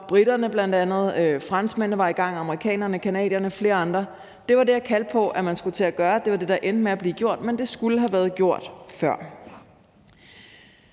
briterne bl.a., franskmændene var i gang, amerikanerne, canadierne og flere andre. Det var det, jeg kaldte på at man skulle til at gøre, og det var det, der endte med at blive gjort, men det skulle have været gjort før.